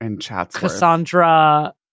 Cassandra